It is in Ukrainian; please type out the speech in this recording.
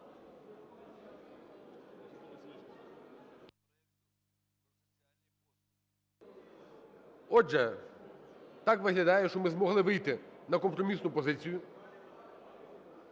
Отже, так виглядає, що ми змогли вийти на компромісну позицію,